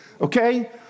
okay